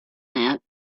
that